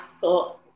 thought